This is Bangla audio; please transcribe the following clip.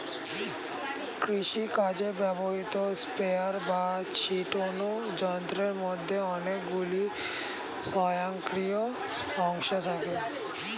কৃষিকাজে ব্যবহৃত স্প্রেয়ার বা ছিটোনো যন্ত্রের মধ্যে অনেকগুলি স্বয়ংক্রিয় অংশ থাকে